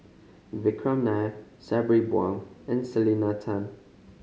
Vikram Nair Sabri Buang and Selena Tan